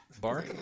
bar